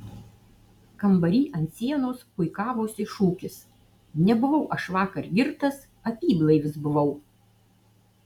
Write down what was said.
kambary ant sienos puikavosi šūkis nebuvau aš vakar girtas apyblaivis buvau